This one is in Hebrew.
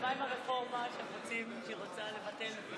מה עם הרפורמה שהיא רוצה לבטל?